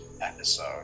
episode